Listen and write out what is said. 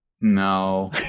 No